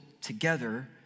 together